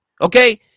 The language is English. Okay